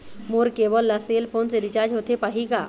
मोर cable ला cell phone से recharge होथे पाही का?